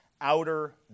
outer